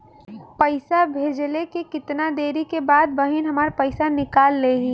पैसा भेजले के कितना देरी के बाद बहिन हमार पैसा निकाल लिहे?